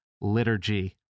liturgy